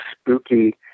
spooky